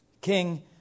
King